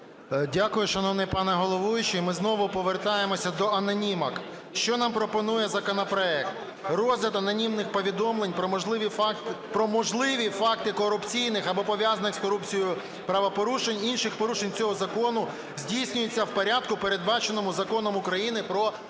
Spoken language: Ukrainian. Дякую, шановний пане головуючий. Ми знову повертаємося до анонімок. Що нам пропонує законопроект? Розгляд анонімних повідомлень про можливі факти корупційних або пов'язаних з корупцією правопорушень, інших порушень цього закону здійснюється в порядку, передбаченому Законом України "Про запобігання